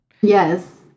Yes